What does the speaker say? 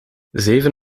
zeven